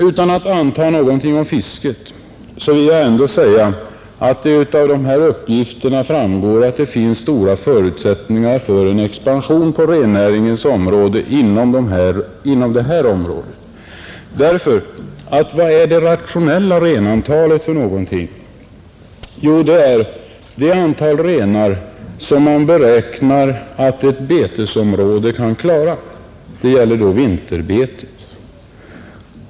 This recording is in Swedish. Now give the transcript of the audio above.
Utan att anta någonting om fisket vill jag ändå säga att det av de här uppgifterna framgår att det finns stora förutsättningar för en expansion av rennäringen inom det här området. Vad är nämligen det rationella renantalet för någonting? Jo, det är det antal renar som man beräknar att ett betesområde kan klara — det gäller då vinterbetet.